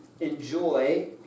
enjoy